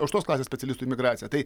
aukštos klasės specialistų imigraciją tai